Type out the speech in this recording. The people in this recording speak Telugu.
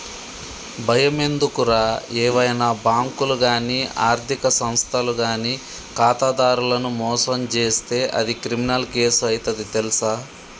బయమెందుకురా ఏవైనా బాంకులు గానీ ఆర్థిక సంస్థలు గానీ ఖాతాదారులను మోసం జేస్తే అది క్రిమినల్ కేసు అయితది తెల్సా